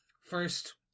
First